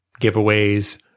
giveaways